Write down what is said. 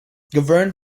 governed